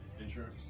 insurance